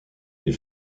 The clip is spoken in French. les